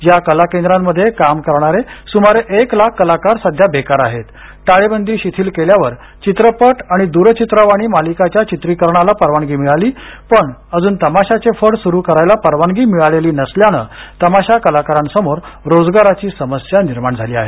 या कला केंद्रांमध्ये काम करणारे सुमारे एक लाख कलाकार सध्या बेकार आहेतटाळेबंदी शिथिल केल्यावर चित्रपट आणि द्रचित्रवाणी मालिकाच्या चित्रीकरणाला परवानगी मिळाली पण अजून तमाशाचे फड सुरु करण्याला परवानगी मिळालेली नसल्याने तमाशा कलाकारांसमोर रोजगाराची समस्या निर्माण झाली आहे